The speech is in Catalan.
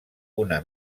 una